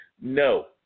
No